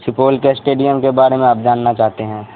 سپول کے اسٹیڈیم کے بارے میں آپ جاننا چاہتے ہیں